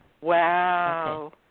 Wow